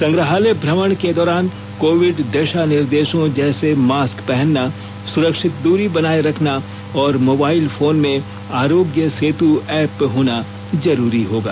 संग्रहालय भ्रमण के दौरान कोविड दिशा निर्देशों जैसे मास्क पहनना सुरक्षित दूरी बनाये रखना और मोबाइल फोन में आरोग्य सेतु एप होना जरूरी होगा